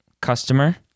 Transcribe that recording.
customer